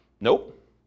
Nope